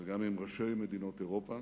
וגם עם ראשי מדינות אירופה.